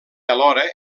alhora